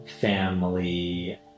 family